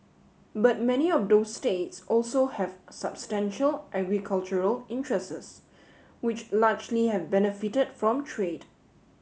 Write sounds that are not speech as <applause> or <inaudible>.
but many of those states also have substantial agricultural <unintelligible> which largely have benefited from trade